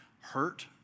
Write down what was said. hurt